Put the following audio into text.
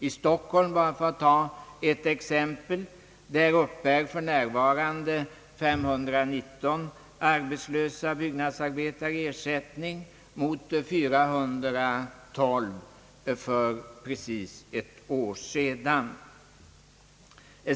I Stockholm, för att ta ett exempel, uppbär för närvarande 519 arbetslösa byggnadsarbetare ersättning mot 412 för precis ett år sedan.